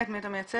את מי אתה מייצג?